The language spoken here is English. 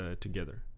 together